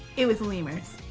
it was lemurs.